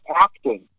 acting